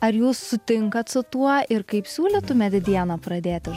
ar jūs sutinkate su tuo ir kaip siūlytų mediena pradėti